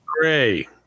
gray